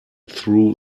threw